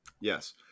Yes